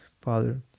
Father